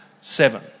seven